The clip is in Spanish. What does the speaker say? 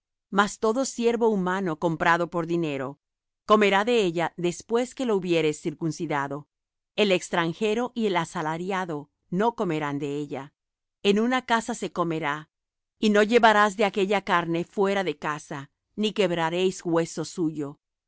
mas todo siervo humano comprado por dinero comerá de ella después que lo hubieres circuncidado el extranjero y el asalariado no comerán de ella en una casa se comerá y no llevarás de aquella carne fuera de casa ni quebraréis hueso suyo